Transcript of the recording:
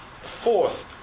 Fourth